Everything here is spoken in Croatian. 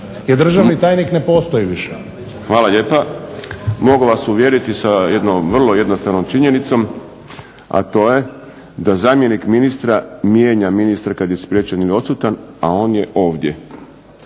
jer državni tajnik ne postoji više. **Šprem, Boris (SDP)** Hvala lijepa. Mogu vas uvjeriti sa jednom vrlo jednostavnom činjenicom, a to je da zamjenik ministra mijenja ministra kad je spriječen ili odsutan, a on je ovdje.